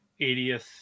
80th